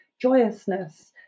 joyousness